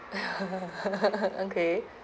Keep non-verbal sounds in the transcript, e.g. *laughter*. *laughs* okay